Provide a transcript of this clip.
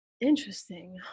Interesting